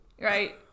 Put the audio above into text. Right